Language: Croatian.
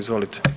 Izvolite.